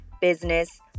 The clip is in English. business